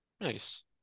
nice